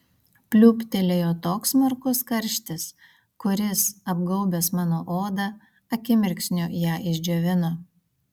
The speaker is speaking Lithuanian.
pliūptelėjo toks smarkus karštis kuris apgaubęs mano odą akimirksniu ją išdžiovino